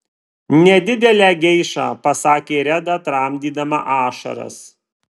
nedidelę geišą pasakė reda tramdydama ašaras